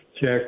Jack